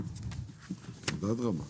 אז אדרבה.